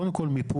קודם כל מיפוי.